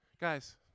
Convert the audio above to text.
guys